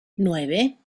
nueve